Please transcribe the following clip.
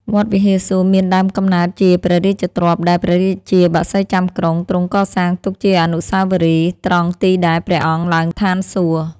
វត្តវិហារសួរ មានដើមកំណើតជាព្រះរាជទ្រព្យ ដែលព្រះរាជាបក្សីចាំក្រុងទ្រង់កសាងទុកជាអនុស្សាវរីយ៍ ត្រង់ទីដែលព្រះអង្គឡើងឋានសួគ៌‌។